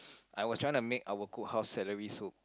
I was tryna make our cookhouse celery soup